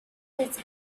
his